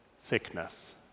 sickness